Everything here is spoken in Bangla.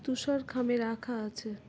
তুষার খামে রাখা আছে